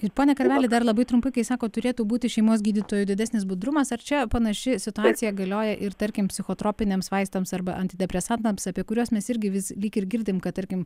ir pone karveli dar labai trumpai kai sakot turėtų būti šeimos gydytojų didesnis budrumas ar čia panaši situacija galioja ir tarkim psichotropiniams vaistams arba antidepresantams apie kuriuos mes irgi vis lyg ir girdim kad tarkim